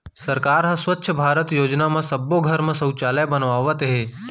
सरकार ह स्वच्छ भारत योजना म सब्बो घर म सउचालय बनवावत हे